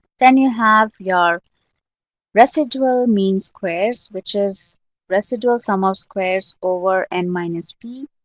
then you have your residual mean squares, which is residual sum of squares over n minus p.